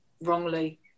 wrongly